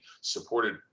supported